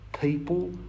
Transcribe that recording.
people